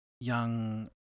young